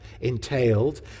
entailed